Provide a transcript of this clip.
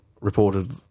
reported